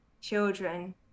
children